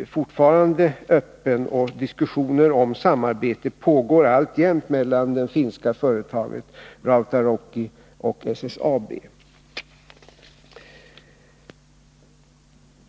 SSAB:s verkfortfarande öppen, och diskussioner om samarbete pågår alltjämt mellan det finska företaget Rautarukki och SSAB.